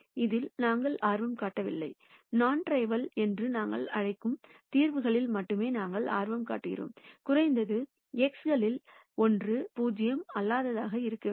இதில் நாங்கள் ஆர்வம் காட்டவில்லை நான் ட்ரிவில் என்று நாங்கள் அழைக்கும் தீர்வுகளில் மட்டுமே நாங்கள் ஆர்வம் காட்டுகிறோம் குறைந்தது x களில் ஒன்று 0 அல்லாததாக இருக்க வேண்டும்